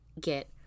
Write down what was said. get